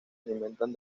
alimentan